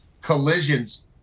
collisions